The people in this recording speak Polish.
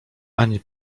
ani